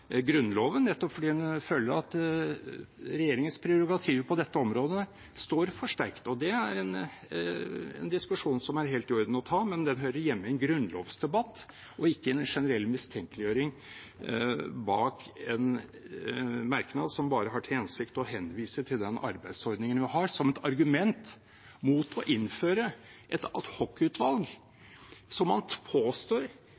Grunnloven, nettopp fordi hun føler at regjeringens prerogativer på dette området står for sterkt. Det er en diskusjon som er helt i orden å ta, men den hører hjemme i en grunnlovsdebatt, ikke i en generell mistenkeliggjøring av en merknad som bare har til hensikt å henvise til den arbeidsordningen vi har, som et argument mot å innføre et